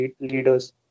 leaders